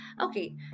okay